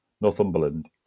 Northumberland